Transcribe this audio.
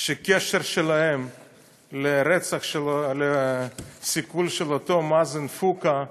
שהקשר שלהם לרצח, לסיכול, של אותו מאזן פוקהא,